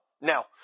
Now